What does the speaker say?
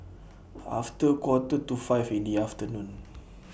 after A Quarter to five in The afternoon